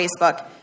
Facebook